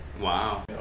Wow